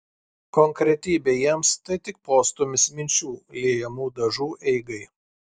konkretybė jiems tai tik postūmis minčių liejamų dažų eigai